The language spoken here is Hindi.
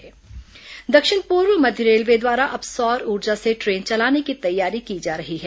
ट्रेन सोलर पावर दक्षिण पूर्व मध्य रेलवे द्वारा अब सौर ऊर्जा से ट्रेन चलाने की तैयारी की जा रही है